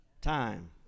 time